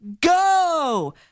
go